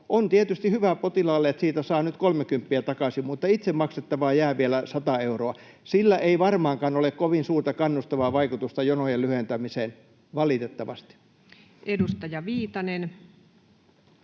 On tietysti hyvä potilaalle, että siitä saa nyt kolmekymppiä takaisin, mutta itse maksettavaa jää vielä 100 euroa. Sillä ei varmaankaan ole kovin suurta kannustavaa vaikutusta jonojen lyhentämiseen, valitettavasti. [Speech